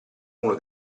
uno